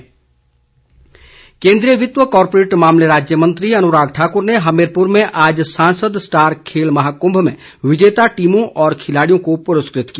अनुराग ठाकुर केन्द्रीय वित्त व कॉरपोरेट मामले राज्य मंत्री अनुराग ठाकुर ने हमीरपुर में आज सांसद स्टार खेल महाकुम्भ में विजेता टीमों और खिलाड़ियों को पुरस्कृत किया